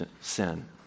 sin